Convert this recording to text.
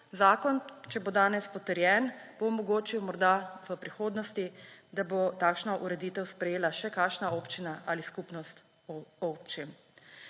zakon, če bo danes potrjen, bo omogočil morda v prihodnosti, da bo takšno ureditev sprejela še kakšna občina ali skupnost občin.